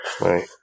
Right